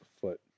foot